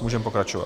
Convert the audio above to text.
Můžeme pokračovat.